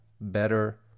better